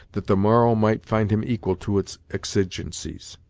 that the morrow might find him equal to its exigencies.